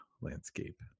landscape